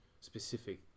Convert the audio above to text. specific